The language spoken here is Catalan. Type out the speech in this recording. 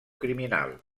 criminal